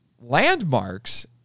landmarks